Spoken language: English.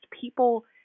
people